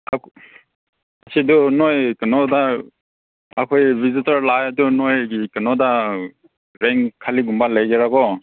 ꯉꯁꯤꯗꯨ ꯅꯣꯏ ꯀꯩꯅꯣꯗ ꯑꯩꯈꯣꯏ ꯚꯤꯖꯤꯇꯔ ꯂꯥꯛꯑꯦ ꯑꯗꯨ ꯅꯣꯏꯒꯤ ꯀꯩꯅꯣꯗ ꯔꯦꯟ ꯈꯥꯂꯤꯒꯨꯝꯕ ꯂꯩꯒꯦꯔꯥꯀꯣ